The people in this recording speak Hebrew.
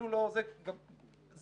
זה